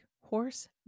horse